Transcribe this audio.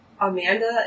Amanda